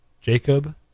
Jacob